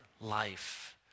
life